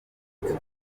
umunsi